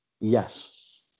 Yes